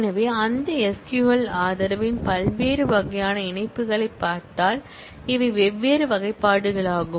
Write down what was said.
எனவே அந்த SQL ஆதரவின் பல்வேறு வகையான இணைப்புகளைப் பார்த்தால் இவை வெவ்வேறு வகைப்பாடுகளாகும்